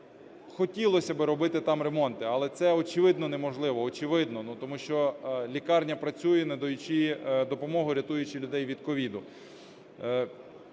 хотілося би робити там ремонти, але це, очевидно, неможливо, очевидно, ну, тому що лікарня працює, надаючи допомогу, рятуючи людей від COVID.